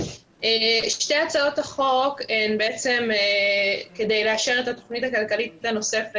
שתי הצעות החוק הן בעצם כדי לאשר את התוכנית הכלכלית הנוספת,